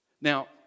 Now